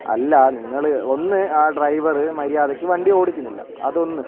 അല്ല നിങ്ങൾ ഒന്ന് ആ ഡ്രൈവർ മര്യാദയ്ക്ക് വണ്ടിയോടിക്കുന്നില്ല അതൊന്ന്